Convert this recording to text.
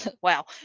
wow